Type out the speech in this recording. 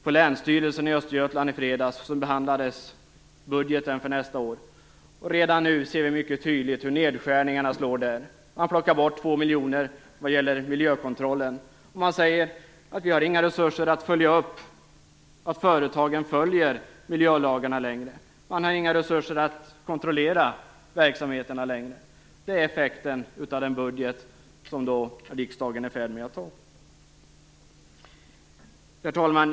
På Länsstyrelsen i Östergötland i fredags behandlades budgeten för nästa år. Redan nu ser vi mycket tydligt hur nedskärningarna slår där. Man plockar bort två miljoner kronor när det gäller miljökontrollen. Man säger: Vi har inte längre några resurser för att följa upp att företagen följer miljölagarna. Man har inga resurser att kontrollera verksamheterna för längre. Det är effekten av den budget som riksdagen är i färd med att anta. Herr talman!